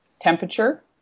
temperature